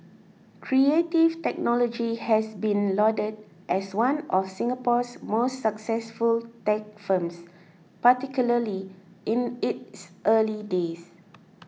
Creative Technology has been lauded as one of Singapore's most successful tech firms particularly in its early days